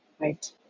right